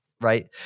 right